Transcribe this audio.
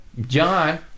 John